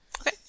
Okay